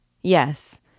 Yes